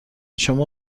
شما